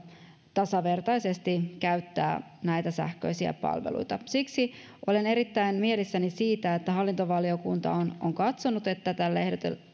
tasavertaisesti käyttää näitä sähköisiä palveluita siksi olen erittäin mielissäni siitä että hallintovaliokunta on on katsonut että tälle